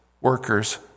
workers